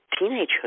teenagehood